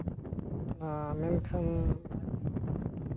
ᱚᱱᱟ ᱢᱮᱱᱠᱷᱟᱱ